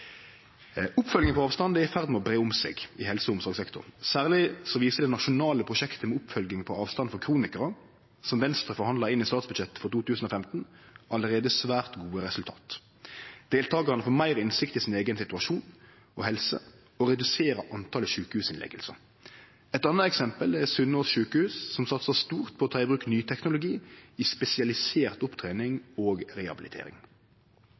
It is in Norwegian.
Oppfølging på avstand er i ferd med å breie om seg i helse- og omsorgssektoren. Særleg viser det nasjonale prosjektet med oppfølging på avstand for kronikarar, som Venstre forhandla inn i statsbudsjettet for 2015, allereie svært gode resultat. Deltakarane får meir innsikt i sin eigen situasjon og helse, og det reduserer talet på innleggingar i sjukehus. Eit anna eksempel er Sunnaas sjukehus, som satsar stort på å ta i bruk ny teknologi i spesialisert opptrening og rehabilitering.